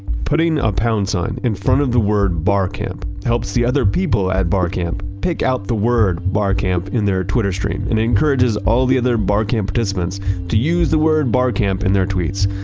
putting a pound sign in front of the word barcamp helps the other people at bar camp, pick out the word barcamp in their twitter stream, and encourages all the other barcamp participants to use the word barcamp in their tweets.